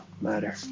matter